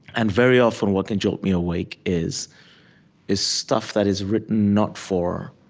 and very often, what can jolt me awake is is stuff that is written not for